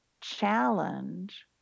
challenge